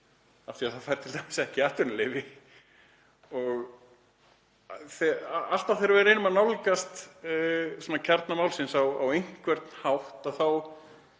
því að það fær t.d. ekki atvinnuleyfi. Alltaf þegar við reynum að nálgast kjarna málsins á einhvern hátt